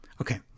Okay